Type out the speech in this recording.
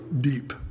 deep